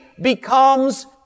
becomes